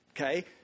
Okay